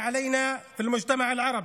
היא בוחנת באפליה,